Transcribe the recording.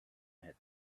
had